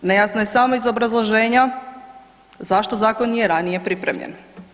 Nejasno je samo iz obrazloženja zašto zakon nije ranije pripremljen.